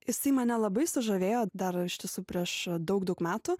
jisai mane labai sužavėjo dar iš tiesų prieš daug daug metų